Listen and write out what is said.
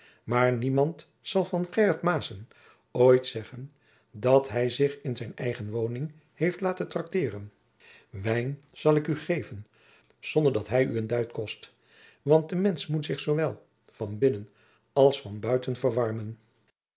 maar niemand zal van gheryt maessen ooit zeggen dat ie zich in zijn eigen woning heeft laten trakteeren wijn zal ik oe geven zonder dat hij oe een duit kost want de mensch moet zich zoowel van binnen als van buiten verwermen